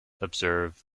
observe